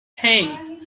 hey